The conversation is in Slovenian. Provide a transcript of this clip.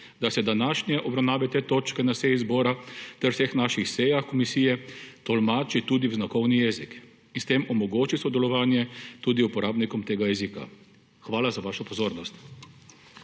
da se današnje obravnave te točke na seji zbora ter vseh naših sejah komisije tolmači tudi v znakovni jezik in s tem omogoči sodelovanje tudi uporabnikom tega jezika. Hvala za vašo pozornost.